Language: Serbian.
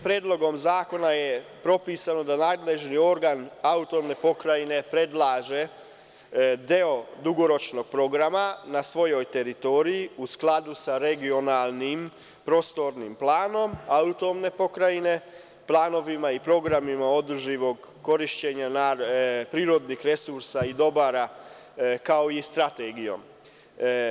Predlogom zakona je propisano da nadležni organ AP predlaže deo dugoročnog programa na svojoj teritoriji, u skladu sa regionalnim prostornim planom AP, planovima i programima održivog korišćenja prirodnih resursa i dobara, kao i strategijom.